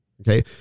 okay